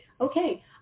okay